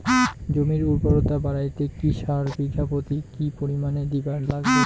জমির উর্বরতা বাড়াইতে কি সার বিঘা প্রতি কি পরিমাণে দিবার লাগবে?